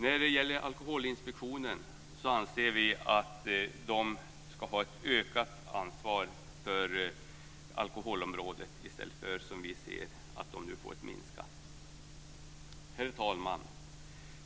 Vi anser också att Alkoholinspektionen ska ha ett ökat ansvar för alkoholområdet i stället för ett minskat, som den nu får, som vi ser det. Herr talman!